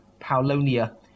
Paulonia